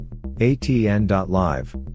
ATN.Live